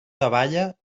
davalla